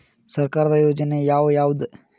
ಸರ್ಕಾರದ ಯೋಜನೆ ಯಾವ್ ಯಾವ್ದ್?